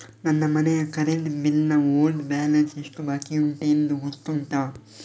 ನನ್ನ ಮನೆಯ current bill ನ ಓಲ್ಡ್ ಬ್ಯಾಲೆನ್ಸ್ ಎಷ್ಟು ಬಾಕಿಯುಂಟೆಂದು ಗೊತ್ತುಂಟ?